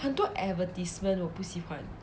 很多 advertisement 我不喜欢